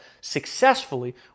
successfully